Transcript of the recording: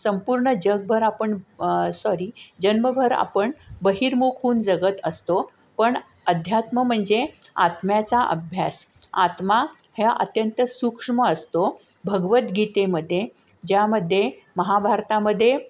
संपूर्ण जगभर आपण सॉरी जन्मभर आपण बहिर्मुख होऊन जगत असतो पण अध्यात्म म्हणजे आत्म्याचा अभ्यास आत्मा ह्या अत्यंत सूक्ष्म असतो भगवद्गीतेमध्ये ज्यामध्ये महाभारतामध्ये